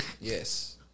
Yes